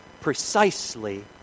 Precisely